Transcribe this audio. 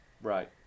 Right